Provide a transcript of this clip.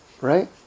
Right